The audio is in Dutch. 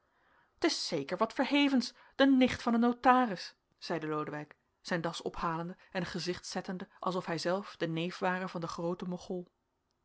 t is zeker wat verhevens de nicht van een notaris zeide lodewijk zijn das ophalende en een gezicht zettende alsof hijzelf de neef ware van den grooten